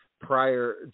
prior